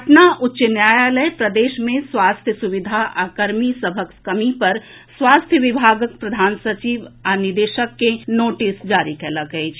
पटना उच्च न्यायालय प्रदेश मे स्वास्थ्य सुविधा आ कर्मी सभक कमी पर स्वास्थ्य विभागक प्रधान सचिव आ निदेशक के नोटिस जारी कयलक अछि